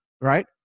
right